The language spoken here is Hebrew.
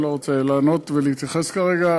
אני לא רוצה לענות ולהתייחס כרגע.